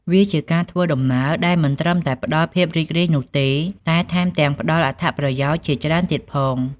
វាជាការធ្វើដំណើរដែលមិនត្រឹមតែផ្តល់ភាពរីករាយនោះទេ តែថែមទាំងផ្តល់អត្ថប្រយោជន៍ជាច្រើនទៀតផង។